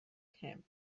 camp